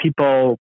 people